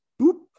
boop